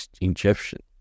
egyptian